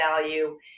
value